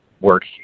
work